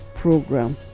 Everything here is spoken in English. Program